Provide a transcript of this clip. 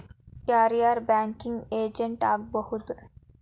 ಯಾರ್ ಯಾರ್ banking agent ಆಗ್ಬಹುದು?